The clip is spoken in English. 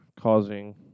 causing